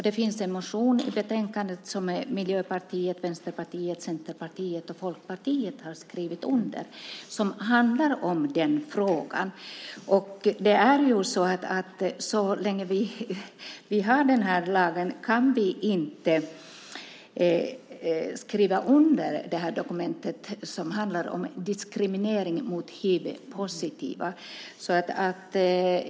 Det finns i betänkandet en motion som Miljöpartiet, Vänsterpartiet, Centerpartiet och Folkpartiet har skrivit under och som handlar om den frågan. Det är ju så att så länge vi har den här lagen kan vi inte skriva under det här dokumentet som handlar om diskriminering av hivpositiva.